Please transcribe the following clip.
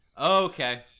Okay